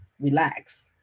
relax